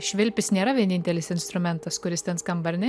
švilpis nėra vienintelis instrumentas kuris ten skamba ar ne